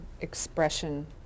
expression